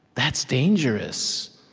that's dangerous.